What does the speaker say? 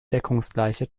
deckungsgleiche